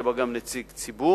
יהיה בה גם נציג ציבור,